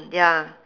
ya